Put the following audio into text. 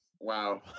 Wow